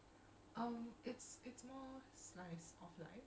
oh but then again cause I'm not keeping up with the new ones